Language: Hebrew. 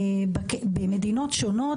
במדינות שונות,